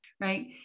right